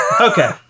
okay